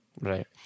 Right